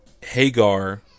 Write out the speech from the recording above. hagar